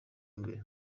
imbere